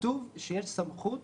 כתוב שיש סמכות